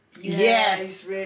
Yes